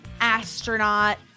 astronaut